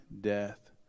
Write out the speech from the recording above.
death